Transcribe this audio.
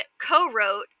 co-wrote